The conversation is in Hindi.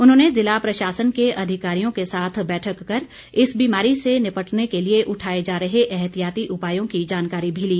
उन्होंने ज़िला प्रशासन के अधिकारियों के साथ बैठक कर इस बीमारी से निपटने के लिए उठाए जा रहे एहतियाती उपायों की जानकारी भी ली